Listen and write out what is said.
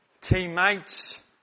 teammates